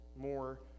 more